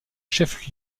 chef